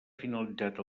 finalitzat